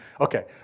Okay